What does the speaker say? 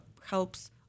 helps